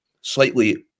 slightly